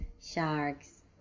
sharks